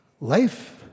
Life